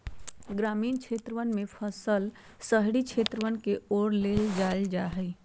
ग्रामीण क्षेत्रवन से फसल शहरी क्षेत्रवन के ओर ले जाल जाहई